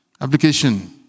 Application